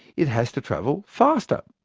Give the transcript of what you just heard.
it has to travel faster.